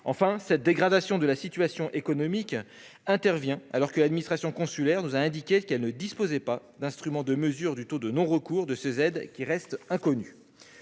Enfin, cette dégradation de la situation économique intervient alors que l'administration consulaire nous a indiqué qu'elle ne disposait pas d'un instrument de mesure du taux de non-recours à ces aides ; celui reste donc inconnu.